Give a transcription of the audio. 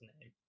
name